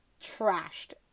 trashed